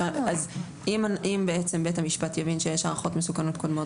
אם בעצם בית המשפט יבין שיש הערכות מסוכנות קודמות,